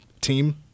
team